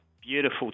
beautiful